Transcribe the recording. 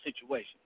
situation